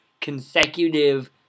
consecutive